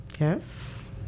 Yes